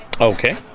Okay